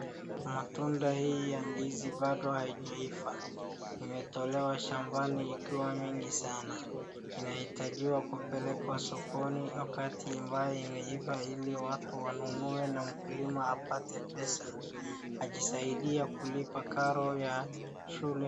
Matunda hii ya ndizi bado haijaiva. Imetolewa shambani ikiwa mingi sana. Inahitajiwa kupelekwa sokoni wakati ambaye imeiva ili watu wanunue na mkulima apate pesa. Ajisaidie kulipa karo ya shule.